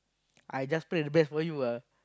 I just pray the best for you ah